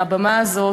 מהבמה הזאת,